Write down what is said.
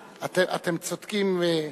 (קדימה): 5 ציון פיניאן (הליכוד):